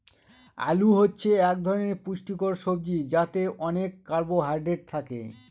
আলু হচ্ছে এক ধরনের পুষ্টিকর সবজি যাতে অনেক কার্বহাইড্রেট থাকে